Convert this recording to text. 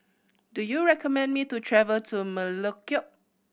do you recommend me to travel to Melekeok